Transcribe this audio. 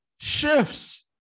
shifts